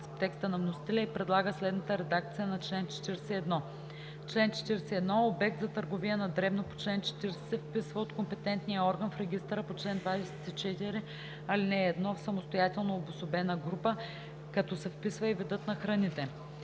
текста на вносителя и предлага следната редакция на чл. 41: „Чл. 41. Обект за търговия на дребно по чл. 40 се вписва от компетентния орган в регистъра по чл. 24, ал. 1 в самостоятелно обособена група, като се вписва и видът на храните.“